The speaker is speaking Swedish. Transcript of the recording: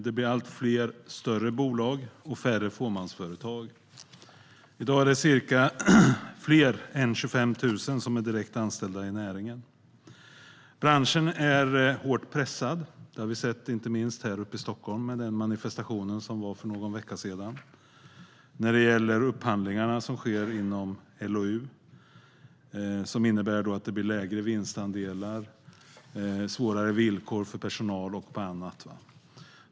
Det blir allt fler större bolag och färre fåmansföretag. I dag är fler än 25 000 direkt anställda i näringen. Branschen är hårt pressad. Det såg vi inte minst här i Stockholm i och med manifestationen för någon vecka sedan. Den gällde upphandlingarna som sker inom LOU och som innebär att det blir lägre vinstandelar, sämre villkor för personal och annat.